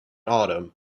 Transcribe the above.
autumn